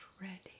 ready